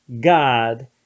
god